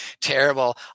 terrible